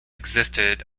existed